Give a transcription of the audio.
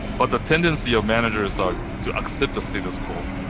but the tendency of managers are to accept the status quo.